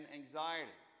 anxiety